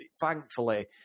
thankfully